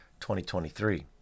2023